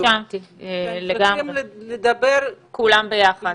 צריכים לדבר כולם ביחד.